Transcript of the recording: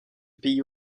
pays